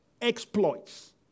exploits